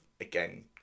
again